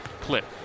clip